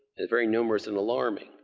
very numerous and alarming.